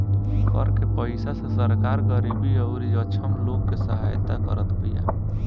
कर के पईसा से सरकार गरीबी अउरी अक्षम लोग के सहायता करत बिया